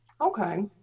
Okay